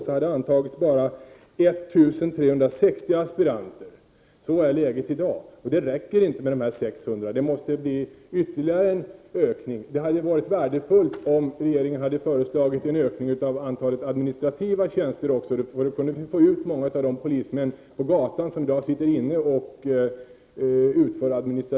I svensk lagstiftning finns inget som hindrar patentering av genetiskt manipulerade organismer. I en debattartikel i Dagens Nyheter skriver justitieministern bl.a. ”Patentlagen ska spegla de gränser som etiken sätter”. Frågan är om liv är en uppfinning som ska ge royalty och licenspengar.